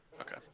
Okay